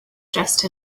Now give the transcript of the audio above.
dressed